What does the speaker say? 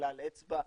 ככלל אצבע,